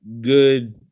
good